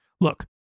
Look